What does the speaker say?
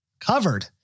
covered